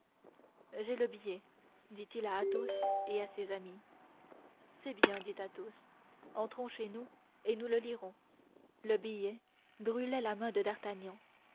j'ai le billet dit-il à athos et à ses amis c'est bien dit athos entrons chez nous et nous le lirons le billet brûlait la main de d'artagnan